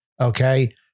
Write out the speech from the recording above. Okay